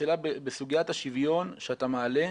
בסוגיית השוויון שאתה מעלה,